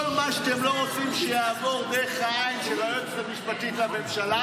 כל מה שאתם לא רוצים שיעבור דרך העין של היועצת המשפטית לממשלה,